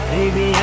Baby